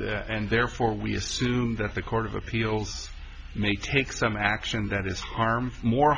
and therefore we assume that the court of appeals may take some action that is harmful more